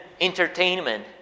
entertainment